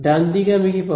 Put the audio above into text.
ডানদিকে আমি কি পাব